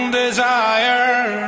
desire